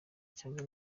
cyangwa